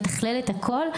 מתכלל את הכול,